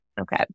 Okay